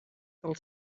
del